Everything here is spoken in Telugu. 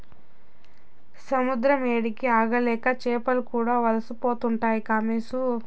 సముద్రాల ఏడికి ఆగలేక చేపలు కూడా వలసపోతుండాయి కామోసు